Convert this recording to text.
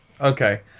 Okay